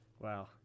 Wow